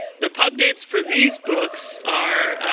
the pub dates for these books are